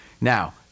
now